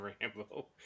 Rambo